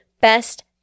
Best